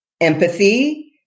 empathy